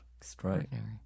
Extraordinary